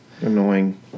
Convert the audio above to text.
Annoying